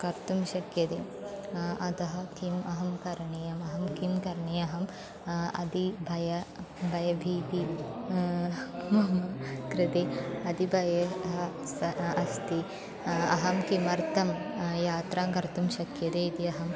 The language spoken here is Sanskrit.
कर्तुं शक्यते अतः किम् अहं करणीयम् अहं किं करणीयहम् अति भयं भयभीति मम कृते अतिभयं सः अस्ति अहं किमर्थं यात्रां कर्तुं शक्यते इति अहम्